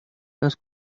los